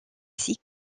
six